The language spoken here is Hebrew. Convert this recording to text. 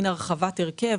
מן הרחבת הרכב,